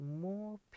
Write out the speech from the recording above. more